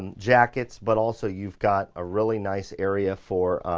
and jackets, but also you've got a really nice area for